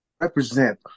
represent